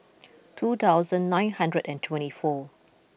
two thousand nine hundred and twenty four